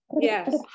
Yes